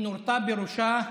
היא נורתה בראשה.